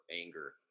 anger